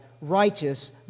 righteous